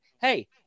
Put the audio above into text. hey